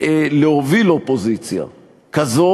להוביל אופוזיציה כזאת